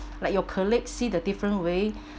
like your colleague see the different way